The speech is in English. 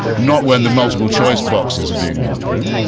not when the multiple choice boxes are being gone through.